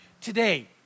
Today